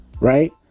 Right